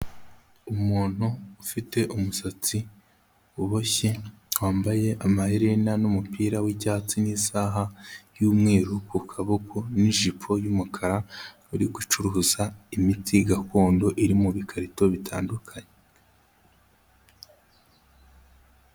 Umuntu ufite umusatsi uboshye, wambaye amaherena n'umupira w'icyatsi n'isaha y'umweru ku kaboko n'ijipo y'umukara, ari gucuruza imiti gakondo iri mu bikarito bitandukanye.